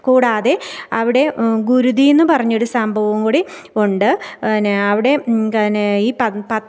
കൂടാതെ അവിടെ ഗുരുതി എന്ന് പറഞ്ഞൊരു സംഭവവും കൂടി ഉണ്ട് ന് അവിടെ